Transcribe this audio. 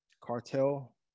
cartel